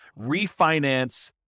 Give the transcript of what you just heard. refinance